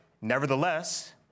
nevertheless